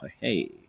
Hey